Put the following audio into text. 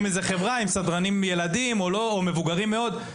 חברה עם סדרנים ילדים או מבוגרים מאוד.